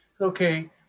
Okay